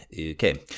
Okay